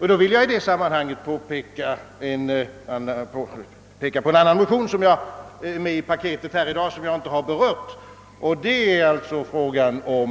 Jag vill i det sammanhanget peka på en annan motion, som finns med i paketet här i dag men som jag inte har berört; den gäller frågan om